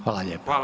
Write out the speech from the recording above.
Hvala.